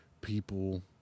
people